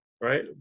right